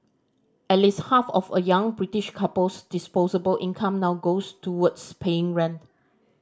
at least half of a young British couple's disposable income now goes towards paying rent